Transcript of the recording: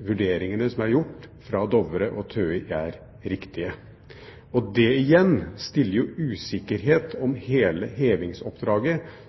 vurderingene som er gjort av Dovre Group og TØI, er riktige. Det igjen bidrar til usikkerhet om hele hevingsoppdraget,